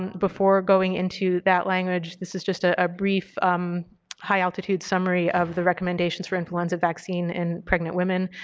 before going into that language, this is just a ah brief um high altitude summary of the recommendations for influenza vaccine in pregnant women.